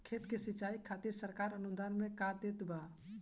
खेत के सिचाई खातिर सरकार अनुदान में का देत बा?